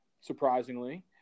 surprisingly